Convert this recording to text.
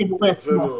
תסבירי